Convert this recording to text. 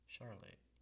Charlotte